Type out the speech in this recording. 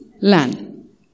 land